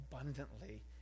abundantly